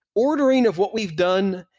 ordering of what we've done,